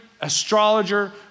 astrologer